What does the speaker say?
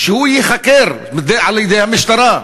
שהוא ייחקר על-ידי המשטרה,